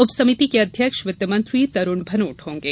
उप समिति के अध्यक्ष वित्त मंत्री तरुण भनोत होंगे